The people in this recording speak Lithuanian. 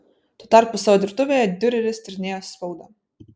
tuo tarpu savo dirbtuvėje diureris tyrinėjo spaudą